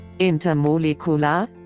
intermolekular